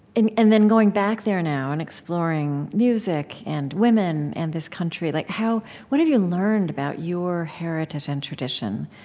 and and then going back there now and exploring music and women and this country like what have you learned about your heritage and tradition,